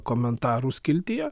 komentarų skiltyje